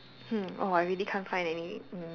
hmm oh I really can't find any mm